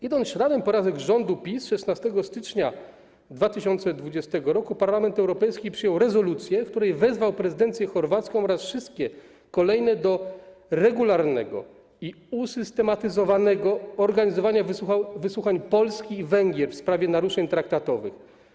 Idąc śladem prawych rządów PiS, 16 stycznia 2020 r. Parlament Europejski przyjął rezolucję, w której wezwał prezydencję chorwacką oraz wszystkie kolejne do regularnego i usystematyzowanego organizowania wysłuchań Polski i Węgier w sprawie naruszeń traktatowych.